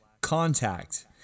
contact